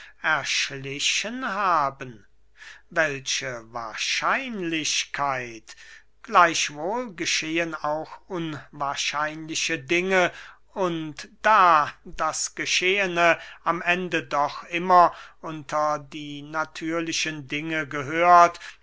erschlichen haben welche wahrscheinlichkeit gleichwohl geschehen auch unwahrscheinliche dinge und da das geschehene am ende doch immer unter die natürlichen dinge gehört